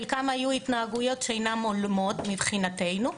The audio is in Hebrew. חלקם היו התנהגויות שאינן הולמות מבחינתנו,